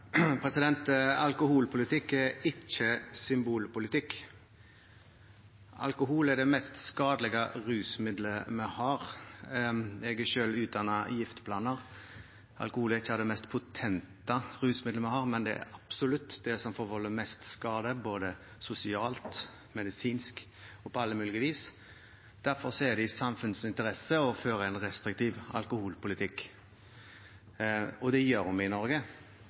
mest skadelige rusmiddelet vi har. Jeg er selv utdannet giftblander. Alkohol er ikke det mest potente rusmiddelet vi har, men det er absolutt det som forvolder mest skade både sosialt, medisinsk og på alle mulige vis. Derfor er det i samfunnets interesse å føre en restriktiv alkoholpolitikk – og det gjør vi i Norge.